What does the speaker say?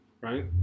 right